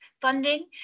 funding